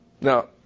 Now